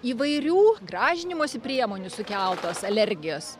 įvairių gražinimosi priemonių sukeltos alergijos